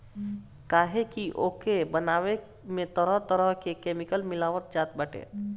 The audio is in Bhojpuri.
काहे की ओके बनावे में तरह तरह के केमिकल मिलावल जात बाटे